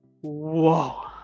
whoa